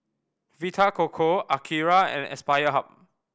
Vita Coco Akira and Aspire Hub